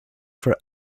for